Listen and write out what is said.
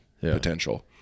potential